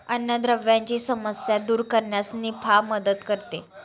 अन्नद्रव्यांची समस्या दूर करण्यास निफा मदत करते